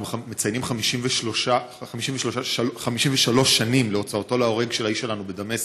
אנחנו מציינים 53 שנים להוצאתו להורג של האיש שלנו בדמשק,